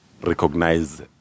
recognize